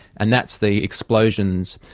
and that's the explosions,